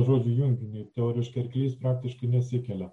žodžių junginį teoriškai arklys praktiškai nesikelia